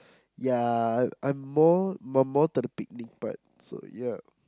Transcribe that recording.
ya I'm more more more to the picnic part so ya